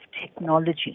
technology